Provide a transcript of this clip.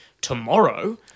tomorrow